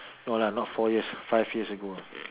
no lah not four years five years ago